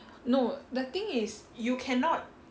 no the thing is you cannot